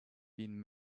been